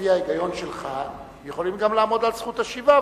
לפי ההיגיון שלך יכולים גם לעמוד על זכות השיבה,